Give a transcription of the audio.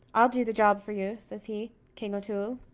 i'll do the job for you, says he, king o'toole.